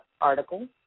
article